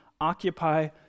Occupy